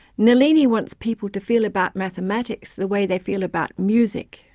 nalini wants people to feel about mathematics the way they feel about music.